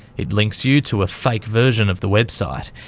it links you to a fake version of the website.